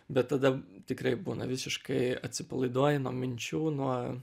bet tada tikrai būna visiškai atsipalaiduoji nuo minčių nuo